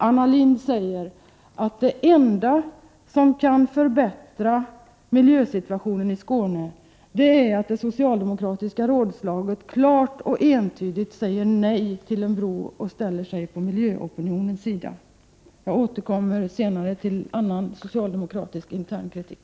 Anna Lindh säger att det enda som kan förbättra miljösituationen i Skåne är att det socialdemokratiska rådslaget klart och entydigt säger nej till en bro och ställer sig på miljöopinionens sida. Jag återkommer senare till annan socialdemokratisk internkritik.